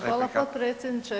Hvala potpredsjedniče.